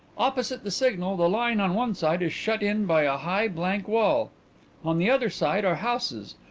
opposite the signal the line on one side is shut in by a high blank wall on the other side are houses,